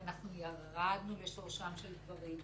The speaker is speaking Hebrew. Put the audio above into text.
אנחנו ירדנו לשורשם של דברים,